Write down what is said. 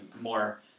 more